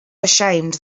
ashamed